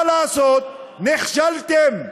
מה לעשות, נכשלתם.